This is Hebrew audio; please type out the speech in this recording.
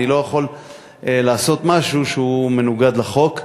אני לא יכול לעשות משהו שהוא מנוגד לחוק.